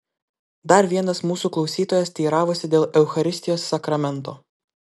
dar vienas mūsų klausytojas teiravosi dėl eucharistijos sakramento